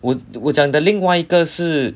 我我讲的另外一个是